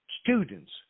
students